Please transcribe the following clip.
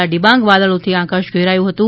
કાળા ડિબાગ વાદળોથી આકાશ ઘેરાયું હતું